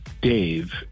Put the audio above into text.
Dave